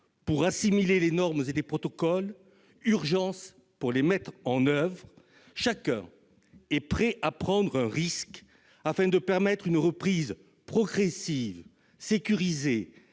pour assimiler les normes et les protocoles, urgence pour les mettre en oeuvre. Chacun est prêt à prendre un risque, afin de permettre une reprise progressive et sécurisée de l'activité économique,